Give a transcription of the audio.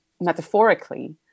metaphorically